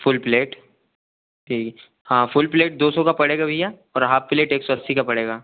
full plate ठीक है full plate दो सौ का पड़ेगा भैया और हाफ़ पिलेट एक सौ अस्सी का पड़ेगा